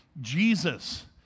Jesus